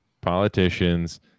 politicians